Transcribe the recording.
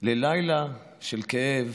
ללילה של כאב,